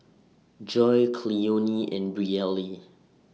Joi Cleone and Brielle